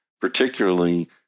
particularly